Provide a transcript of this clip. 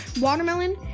watermelon